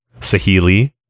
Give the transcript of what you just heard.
Sahili